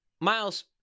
Miles